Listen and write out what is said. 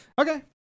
Okay